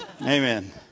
amen